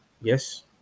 Yes